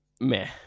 meh